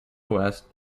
west